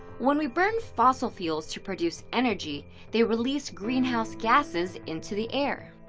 when we burn fossil fuels to produce energy they release greenhouse gasses into the air.